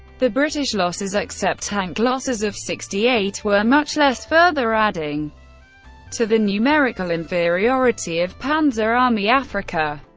the british losses, except tank losses of sixty eight, were much less, further adding to the numerical inferiority of panzer army afrika.